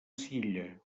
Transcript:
silla